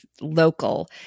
local